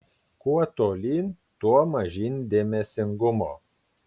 kuo tolyn tuo mažyn dėmesingumo